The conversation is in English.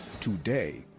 today